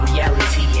Reality